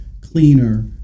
cleaner